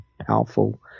powerful